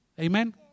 Amen